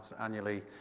annually